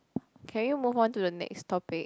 can we move on to the next topic